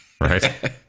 right